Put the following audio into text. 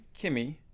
Kimmy